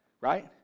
right